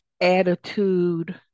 attitude